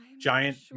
giant